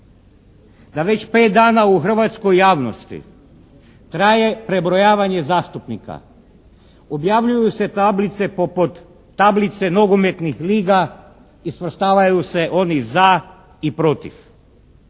da već pet dana u hrvatskoj javnosti traje prebrojavanje zastupnika, objavljuju se tablice poput tablice nogometnih liga i svrstavaju se oni za i protiv,